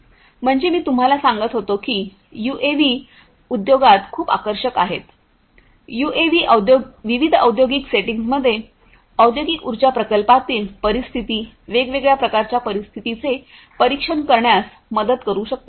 म्हणजे मी तुम्हाला सांगत होतो की यूएव्ही उद्योगात खूप आकर्षक आहेत यूएव्ही विविध औद्योगिक सेटिंग्जमध्ये औद्योगिक उर्जा प्रकल्पातील परिस्थिती वेगवेगळ्या प्रकारच्या परिस्थितींचे परीक्षण करण्यास मदत करू शकतात